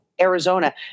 Arizona